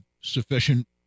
sufficient